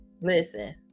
listen